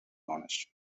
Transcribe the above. honest